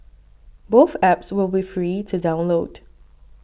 both apps will be free to download